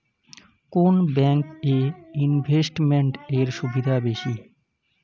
কোন ব্যাংক এ ইনভেস্টমেন্ট এর সুবিধা বেশি?